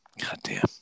Goddamn